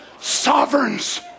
sovereigns